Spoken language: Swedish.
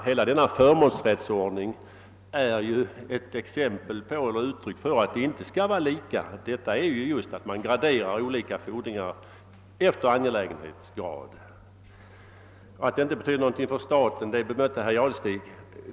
Hela förmånsrättsordningen är emellertid ett uttryck för att alla inte skall ha lika rätt, utan att alla fordringar skall graderas efter angelägenhet. Påståendet att denna rätt inte betyder någonting för staten bemötte herr Jadestig.